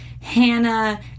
Hannah